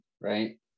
right